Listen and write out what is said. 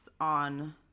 on